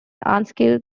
unskilled